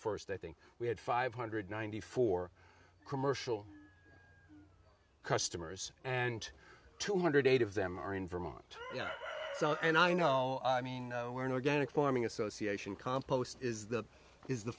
first i think we had five hundred ninety four commercial customers and two hundred eight of them are in vermont and i know i mean we're an organic farming association compost is the is the